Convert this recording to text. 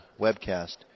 webcast